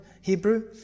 Hebrew